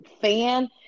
fan